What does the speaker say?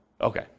Okay